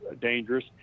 dangerous